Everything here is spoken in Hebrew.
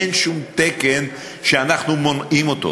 אין שום תקן שאנחנו מונעים אותו.